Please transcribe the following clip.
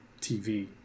TV